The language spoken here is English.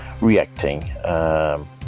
reacting